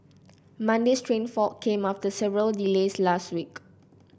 Monday's train fault came after several delays last week